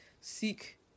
seek